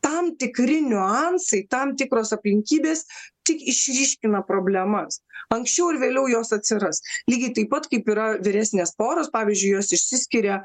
tam tikri niuansai tam tikros aplinkybės tik išryškina problemas anksčiau ar vėliau jos atsiras lygiai taip pat kaip yra vyresnės poros pavyzdžiui jos išsiskiria